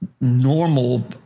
Normal